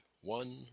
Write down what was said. one